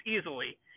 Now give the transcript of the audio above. easily